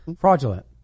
Fraudulent